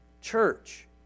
church